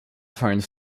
phones